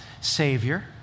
savior